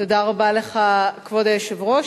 כבוד היושב-ראש,